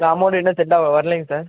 sir amount இன்னும் சென்டாவை வரலைங்க சார்